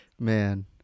Man